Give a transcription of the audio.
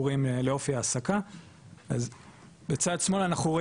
בצד שמאל אנחנו רואים את תחום חברות הסיעוד,